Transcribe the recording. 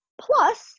plus